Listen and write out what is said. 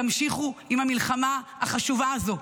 תמשיכו עם המלחמה החשובה הזו.